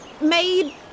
made